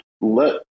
let